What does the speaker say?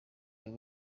aba